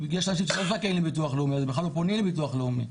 כי יש אנשים שלא זכאים לביטוח לאומי אז הם בכלל לא פונים לביטוח הלאומי.